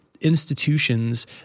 institutions